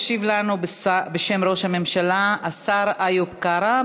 ישיב לנו בשם ראש הממשלה השר איוב קרא,